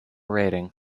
rating